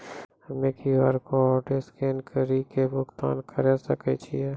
हम्मय QR code scan कड़ी के भुगतान करें सकय छियै?